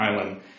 island